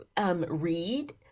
read